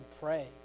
pray